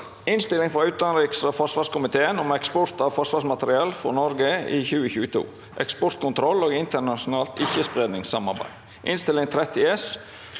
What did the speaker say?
Innstilling fra utenriks- og forsvarskomiteen om Eksport av forsvarsmateriell fra Norge i 2022, eksport- kontroll og internasjonalt ikke-spredningssamarbeid (Innst. 30